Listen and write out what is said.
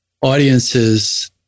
audiences